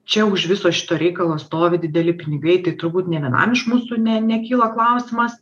čia už viso šito reikalo stovi dideli pinigai tai turbūt nė vienam iš mūsų ne nekilo klausimas